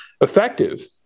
effective